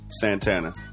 Santana